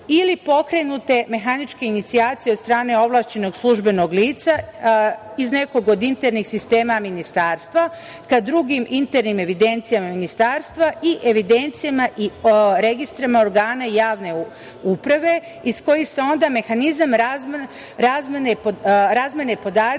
ili pokrenute mehaničke inicijacije od strane ovlašćenog službenog lica iz nekog od internih sistema ministarstva ka drugim internim evidencijama ministarstva i evidencijama i registrima organa javne uprave iz kojih se onda razmene podaci